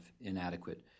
inadequate